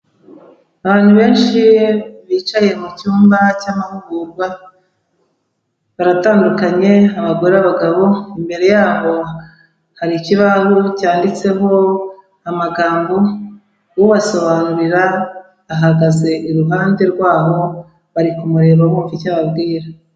Abantu benshi bicaye mu cyumba cy'amahugurwa baratandukanye abagore, abagabo imbere yabo hari ikibaho cyanditseho amagambo, ubasobanurira ahagaze iruhande rwaho, bari kumureba bumva icyo ababwira.